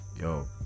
Yo